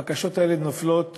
הבקשות האלה נופלות